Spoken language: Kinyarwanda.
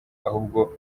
ahubwo